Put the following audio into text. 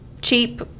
cheap